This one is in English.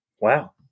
Wow